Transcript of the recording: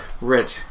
Rich